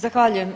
Zahvaljujem.